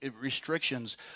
restrictions